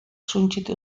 suntsitu